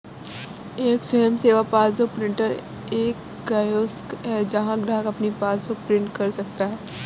एक स्वयं सेवा पासबुक प्रिंटर एक कियोस्क है जहां ग्राहक अपनी पासबुक प्रिंट कर सकता है